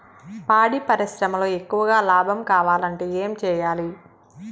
పాడి పరిశ్రమలో ఎక్కువగా లాభం కావాలంటే ఏం చేయాలి?